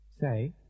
Say